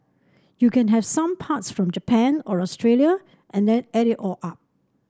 you can have some parts from Japan or Australia and then add it all up